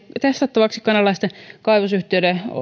testattavaksi kanadalaisten kaivosyhtiöiden